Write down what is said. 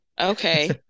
okay